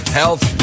health